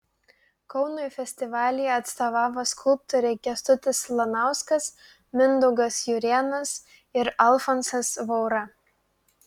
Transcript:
kaunui festivalyje atstovavo skulptoriai kęstutis lanauskas mindaugas jurėnas ir alfonsas vaura